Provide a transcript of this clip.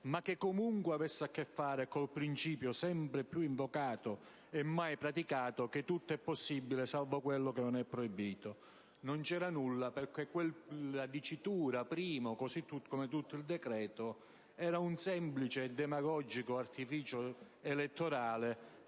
ma che comunque avesse a che fare con il principio, sempre più invocato e mai praticato, che tutto è possibile, salvo quello che è proibito. Non c'era nulla, perché quelle parole, «Primi», così come tutto il decreto, erano un semplice e demagogico artificio elettorale